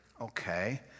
okay